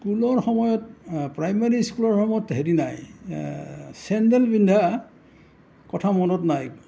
স্কুলৰ সময়ত প্ৰাইমেৰী স্কুলৰ সময়ত হেৰি নাই চেণ্ডেল পিন্ধা কথা মনত নাই